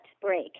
break